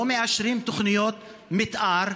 לא מאשרים תוכניות מתאר,